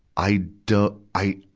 i don't, i,